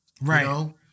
Right